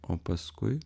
o paskui